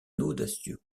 audacieux